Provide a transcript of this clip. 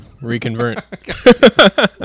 reconvert